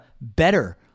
better